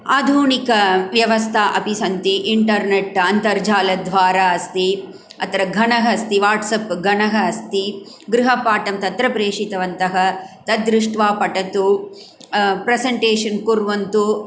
आधुनिकव्यवस्था अपि सन्ति इण्टर्नेट् अन्तर्जालद्वारा अस्ति अत्र गणः अस्ति वाट्सप् गणः अस्ति गृहपाठं तत्र प्रेषितवन्तः तद्दृष्ट्वा पठतु प्रेसण्टेशन् कुर्वन्तु